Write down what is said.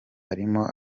arimo